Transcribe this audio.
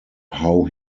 how